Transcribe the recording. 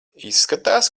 izskatās